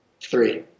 Three